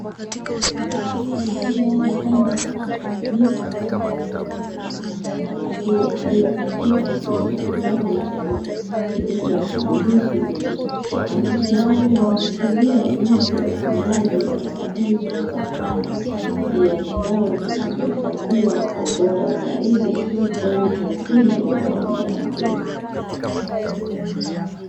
Ni moja ya dawa zinazotumika kwa ajili ya mifugo, dawa hiyo iliyo katika kichupa kidogo cheupe kilicho na maandishi meusi. Maandishi hayo yanaashiria jinsi ya utumiaji wa dawa hizo za wanyama, pia ni dawa zinazohifadhiwa kwa ubora zaidi kwani hutunzwa kwa mda mrefu.